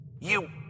You